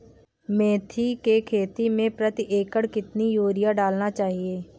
मेथी के खेती में प्रति एकड़ कितनी यूरिया डालना चाहिए?